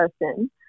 person